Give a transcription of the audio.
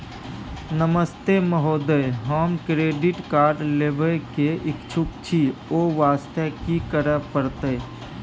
नमस्ते महोदय, हम credit card लेबे के इच्छुक छि ओ वास्ते की करै परतै?